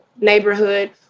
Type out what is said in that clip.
neighborhood